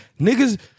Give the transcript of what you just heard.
Niggas